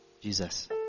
Jesus